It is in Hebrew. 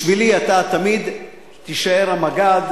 בשבילי אתה תמיד תישאר המג"ד,